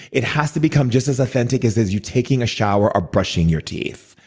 it has to become just as authentic as as you taking a shower or brushing your teeth.